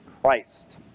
Christ